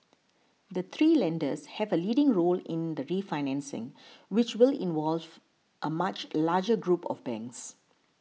the three lenders have a leading role in the refinancing which will involve a much larger group of banks